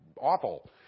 awful